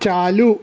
چالو